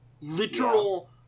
Literal